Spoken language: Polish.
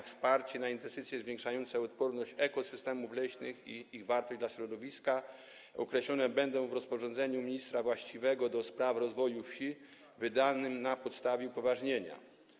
Wsparcie na inwestycje zwiększające odporność ekosystemów leśnych i ich wartość dla środowiska określone będą w rozporządzeniu ministra właściwego do spraw rozwoju wsi wydanym na podstawie upoważnienia.